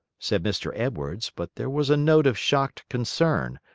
said mr. edwards but there was a note of shocked concern,